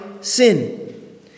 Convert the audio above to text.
sin